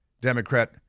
Democrat